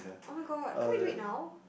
[oh]-my-god can't we do it now